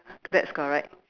that's correct